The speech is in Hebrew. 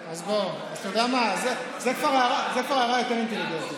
בוא, אתה יודע מה, זו כבר הערה יותר אינטליגנטית.